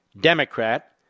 Democrat